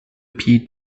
pied